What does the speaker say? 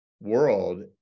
world